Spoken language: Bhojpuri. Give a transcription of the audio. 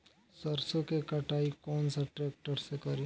सरसों के कटाई कौन सा ट्रैक्टर से करी?